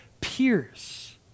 pierce